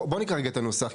בואו רגע נקרא את הנוסח,